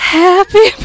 happy